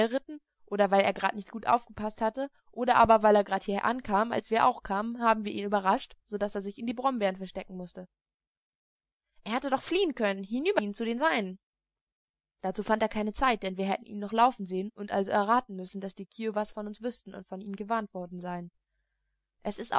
ritten oder weil er grad nicht gut aufpaßte oder aber weil er grad hier ankam als wir auch kamen haben wir ihn überrascht so daß er sich in die brombeeren verstecken mußte er hätte doch fliehen können hinüberfliehen zu den seinen dazu fand er keine zeit denn wir hätten ihn noch laufen sehen und also erraten müssen daß die kiowas von uns wüßten und von ihm gewarnt worden seien es ist